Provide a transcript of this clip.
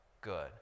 good